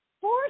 four